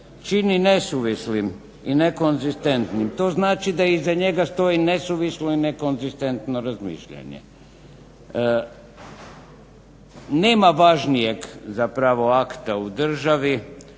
čini nesuvislim i nekonzistentnim to znači da iza njega stoji nesuvislo i nekonzistentno razmišljanje. Nema važnijeg zapravo akta u državi